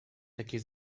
takie